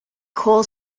call